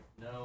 no